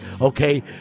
Okay